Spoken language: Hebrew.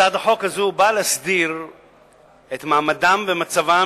הצעת החוק הזאת באה להסדיר את מעמדם ומצבם